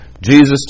Jesus